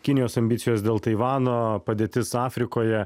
kinijos ambicijos dėl taivano padėtis afrikoje